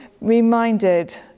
reminded